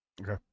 Okay